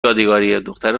یادگاریه، دختره